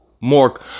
more